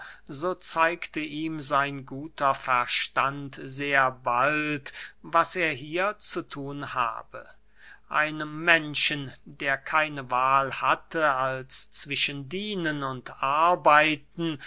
so zeigte ihm sein guter verstand sehr bald was er hier zu thun habe einem menschen der keine wahl hatte als zwischen dienen und arbeiten